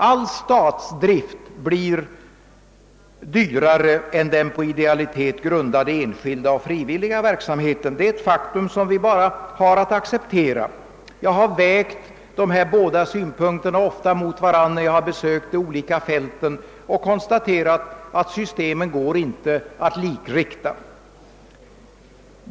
All statsdrift blir dyrare än den på idealitet grundade enskilda och frivilliga verksamheten. Det är ett faktum som vi bara har att acceptera. Jag har ofta vägt dessa båda synpunkter mot varandra när jag har besökt de olika verksamhetsfälten, och jag har konstaterat att systemen inte går att likrikta.